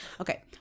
Okay